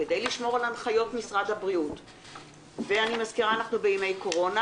כדי לשמור על הנחיות משרד הבריאות בימי קורונה